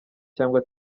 cyangwa